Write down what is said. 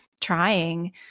trying